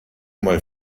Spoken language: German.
mal